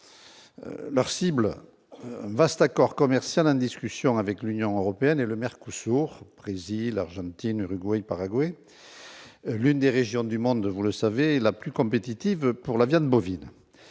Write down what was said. Leur cible : un vaste accord commercial en discussion avec l'Union européenne et le MERCOSUR- Brésil, Argentine, Uruguay et Paraguay -, l'une des régions du monde, vous le savez, les plus compétitives pour la viande bovine.